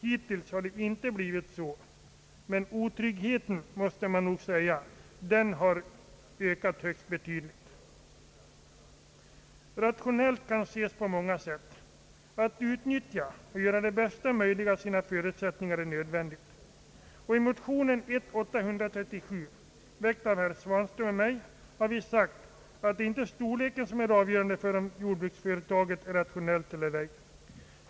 Hittills har det inte blivit så, men otryggheten måste sägas ha ökat högst betydligt. Begreppet rationalitet kan ses på många sätt. Att utnyttja och göra det hästa möjliga av sina förutsättningar ir nödvändigt. I motionen 1: 837, väckt av herr Svanström och mig själv, har vi framhållit att det inte är storleken som är avgörande för om jordbruksföretaget är rationellt eller ej.